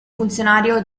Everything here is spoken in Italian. funzionario